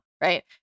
Right